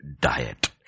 diet